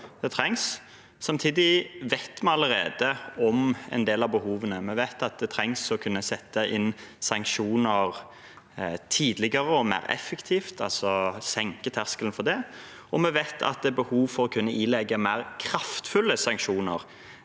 Samtidig vet vi allerede om en del av behovene. Vi vet at man trenger å kunne sette inn sanksjoner tidligere og mer effektivt, altså senke terskelen for det, og vi vet at det er behov for å kunne ilegge mer kraftfulle sanksjoner,